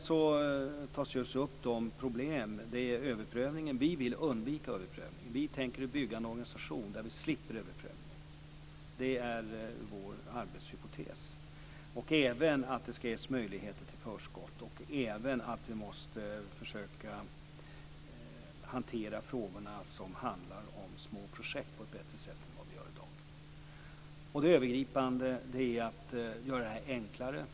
Problemet med överprövningen tas här upp. Vi vill undvika överprövning och tänker bygga en organisation där vi slipper överprövning. Det är vår arbetshypotes, liksom att det skall ges möjligheter till förskott och att vi på ett bättre sätt än vi i dag gör måste försöka hantera frågor som handlar om små projekt. Det övergripande är att göra det här enklare.